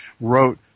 wrote